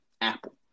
Apple